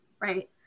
right